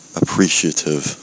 appreciative